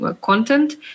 content